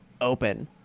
open